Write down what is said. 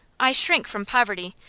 i shrink from poverty,